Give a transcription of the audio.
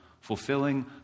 fulfilling